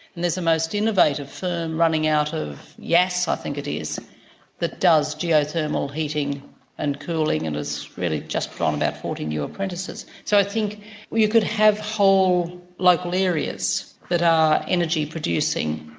and there's a most innovative firm running out of yass i think it is that does geothermal heating and cooling and has really just put um on forty new apprentices. so i think you could have whole local areas that are energy producing,